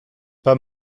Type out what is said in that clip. pas